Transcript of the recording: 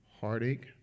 heartache